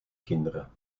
kinderen